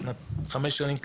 חמש שנים קדימה?